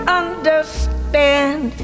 understand